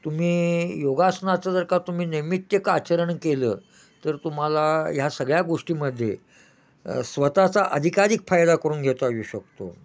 तुम्ही योगासनाचं जर का तुम्ही नैमित्तिक आचरण केलं तर तुम्हाला ह्या सगळ्या गोष्टीमध्ये स्वत चा अधिकाधीक फायदा करून घेता येऊ शकतो